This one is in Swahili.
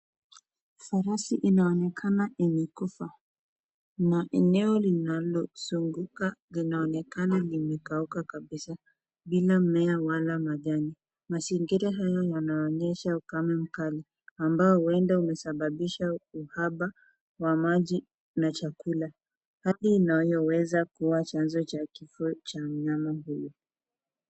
Farasi inaonekana imekufa na eneo linalozunguka linaonekana limekauka kabisa bila mmea wala majani. Mazingira haya yanaonyesha ukame mkali ambao huenda umesababisha uhaba wa maji na chakula hali inayoweza kuwa chanzo cha kifo cha mnyama huyu.